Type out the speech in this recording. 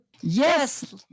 Yes